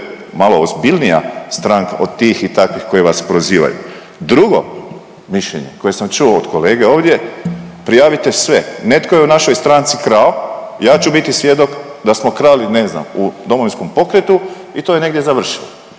malo ozbilnija stranka od tih i takvih koji vas prozivaju. Drugo mišljenje koje sam čuo od kolege ovdje, prijavite sve, netko je u našoj stranci krao, ja ću biti svjedok da smo krali, ne znam, u Domovinskom pokretu i to je negdje završilo.